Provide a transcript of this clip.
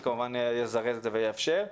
זה כמובן יזרז ויאפשר.